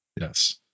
Yes